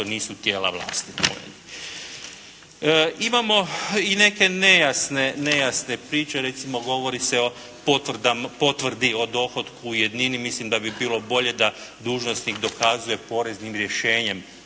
nisu tijela vlasti. Imamo i neke nejasne priče, recimo govori se o potvrdi o dohotku u jednini, mislim da bi bilo bolje da dužnosnik dokazuje poreznim rješenjem